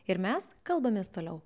ir mes kalbamės toliau